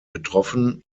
betroffen